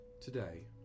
today